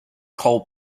coal